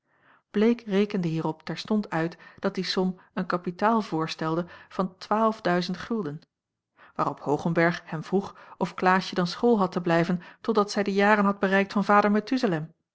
bleek rekende hierop terstond uit dat die som een kapitaal voorstelde van waarop hoogenberg hem vroeg of klaasje dan school had te blijven totdat zij de jaren had bereikt van vader